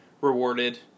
rewarded